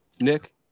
Nick